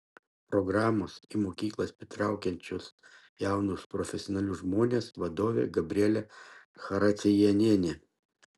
programos į mokyklas pritraukiančios jaunus profesionalius žmones vadovė gabrielė characiejienė